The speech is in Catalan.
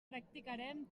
practicarem